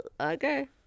okay